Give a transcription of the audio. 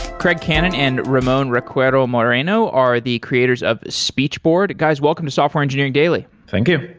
craig cannon and ramon recuero moreno are the creators of speechboard. guys, welcome to software engineering daily. thank you.